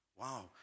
Wow